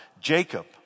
Jacob